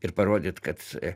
ir parodyt kad